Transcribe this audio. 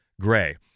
Gray